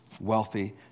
wealthy